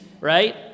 right